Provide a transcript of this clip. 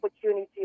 opportunity